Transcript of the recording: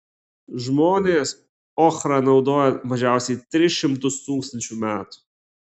žmonės ochrą naudoja mažiausiai tris šimtus tūkstančių metų